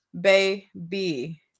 baby